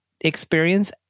experience